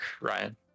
Ryan